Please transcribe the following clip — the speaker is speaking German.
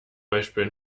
beispiel